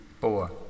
four